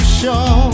show